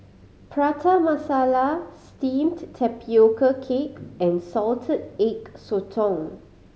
Prata Masala Steamed Tapioca Cake and Salted Egg Sotong